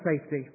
safety